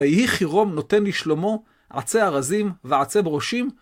ויהי חירום נותן לשלמה עצי ארזים ועצי ברושים.